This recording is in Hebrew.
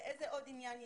לאיזה עוד עניין יש?